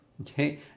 Okay